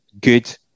good